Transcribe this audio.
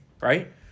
right